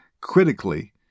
critically